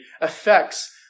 affects